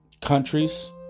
countries